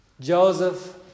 Joseph